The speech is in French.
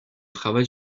travail